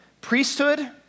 Priesthood